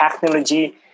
technology